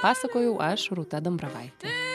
pasakojau aš rūta dambravaitė